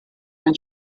when